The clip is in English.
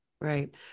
Right